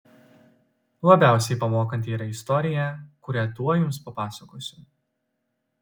labiausiai pamokanti yra istorija kurią tuoj jums papasakosiu